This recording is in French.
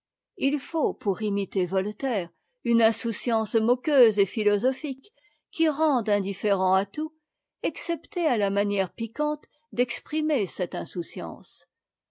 ilfaut pour imiter voltaire une insouciance moqueuse et philosophique qui rende indifférent à tout excepté à la manière piquante d'exprimer cette insouciance